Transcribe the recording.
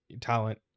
talent